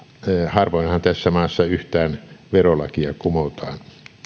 harvoinhan tässä maassa yhtään verolakia kumotaan